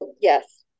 Yes